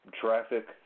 traffic